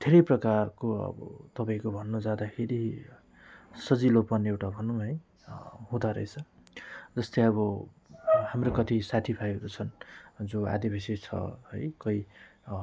धेरै प्रकारको अब तपाईँको भन्नजाँदाखेरि सजिलोपन एउटा भनौँ है हुँदोरहेछ जस्तै अब हाम्रो कति साथीभाइहरू छन् जो आदिवासी छ है कोही